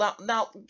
now